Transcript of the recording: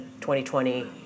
2020